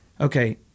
okay